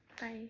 Bye